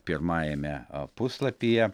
pirmajame puslapyje